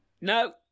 No